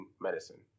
medicine